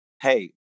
hey